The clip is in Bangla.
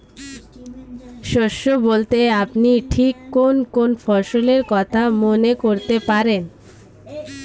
শস্য বলতে আপনি ঠিক কোন কোন ফসলের কথা মনে করতে পারেন?